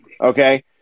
Okay